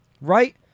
right